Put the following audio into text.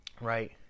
right